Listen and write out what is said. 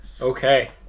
okay